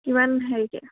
কিমান হেৰিকৈ